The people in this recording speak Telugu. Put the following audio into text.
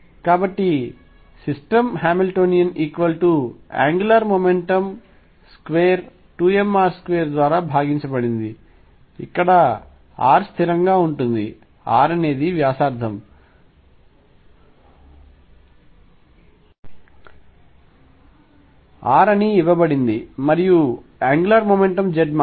కాబట్టి system Hamiltonian angular momentum square 2mr2 ద్వారా భాగించబడింది ఇక్కడ r స్థిరంగా ఉంటుంది r అనేది వ్యాసార్థం r అని ఇవ్వబడింది మరియు యాంగులార్ మొమెంటమ్ z మాత్రమే